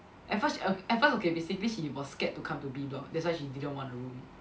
at first sh~ at first okay basically she was scared to come to B block that's why she didn't want the room